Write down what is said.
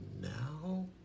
now